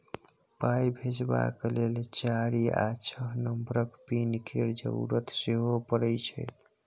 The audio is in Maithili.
पाइ भेजबाक लेल चारि या छअ नंबरक पिन केर जरुरत सेहो परय छै